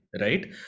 Right